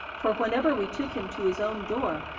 for whenever we took him to his own door,